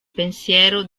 pensiero